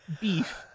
beef